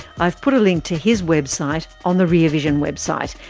i've put a link to his website on the rear vision website.